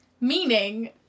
Meaning